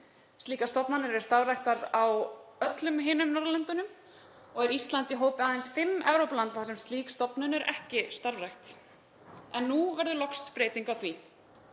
Slíkar stofnanir eru starfræktar á öllum hinum Norðurlöndunum og er Ísland í hópi aðeins fimm Evrópulanda þar sem slík stofnun er ekki starfrækt en nú verður loks breyting á því.